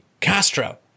Castro